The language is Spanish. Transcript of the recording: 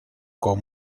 con